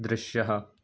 दृश्यः